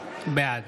בעד